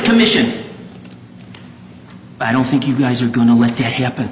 commission i don't think you guys are going to let that happen